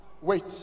wait